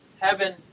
heaven